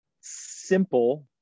simple